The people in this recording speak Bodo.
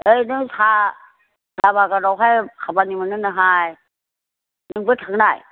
ओइ नों साहा बागानावहाय खामानि मोनोनोहाय नोंबो थांनाय